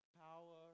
power